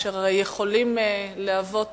אשר יכולות להוות